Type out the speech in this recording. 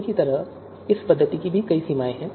AHP की तरह ही इस पद्धति की कई सीमाएँ हैं